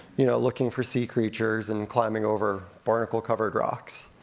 you know, looking for sea creatures, and climbing over barnacle-covered rocks.